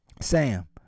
Sam